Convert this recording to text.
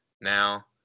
now